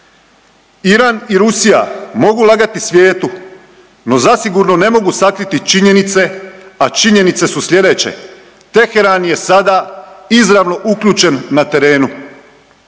Iran i Rusija mogu lagati svijetu no zasigurno ne mogu sakriti činjenice, a činjenice su slijedeće Teheran je sada izravno uključen na terenu.